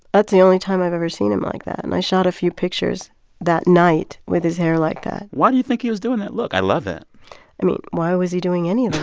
that's the only time i've ever seen him like that, and i shot a few pictures that night with his hair like that why do you think he was doing that look? i love that i mean, why was he doing any of the